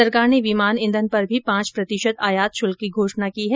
सरकार ने विमान ईंधन पर भी पांच प्रतिशत आयात शुल्क की घोषणा की है